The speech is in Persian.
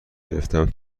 گرفتم